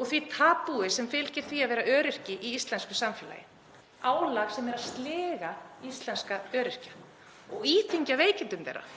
og því tabúi sem fylgir því að vera öryrki í íslensku samfélagi, álag sem er að sliga íslenska öryrkja og íþyngja þeim í veikindum þeirra.